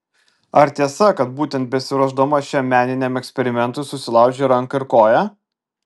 ar tiesa kad būtent besiruošdama šiam meniniam eksperimentui susilaužei ranką ir koją